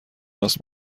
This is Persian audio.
راست